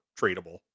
tradable